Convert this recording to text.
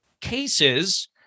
cases